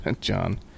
john